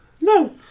No